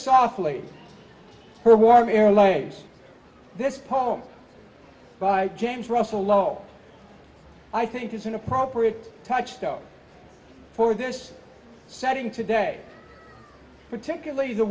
softly her warm air lays this poem by james russell lowe i think it's an appropriate touchstone for this setting today particularly the